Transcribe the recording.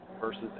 versus